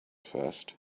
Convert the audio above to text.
first